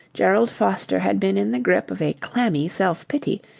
gerald foster had been in the grip of a clammy self-pity,